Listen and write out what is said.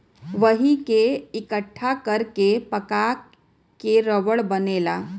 वही के इकट्ठा कर के पका क रबड़ बनेला